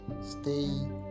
stay